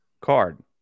card